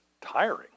tiring